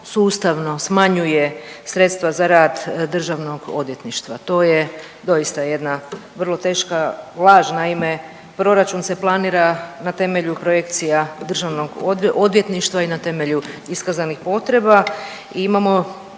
sustavno smanjuje sredstva zar rad državnog odvjetništva. To je doista jedna vrlo teška laž. Naime, proračun se planira na temelju projekcija državnog odvjetništva i na temelju iskazanih potreba